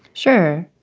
sure.